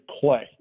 play